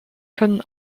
können